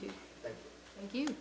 to you